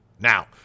Now